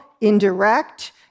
indirect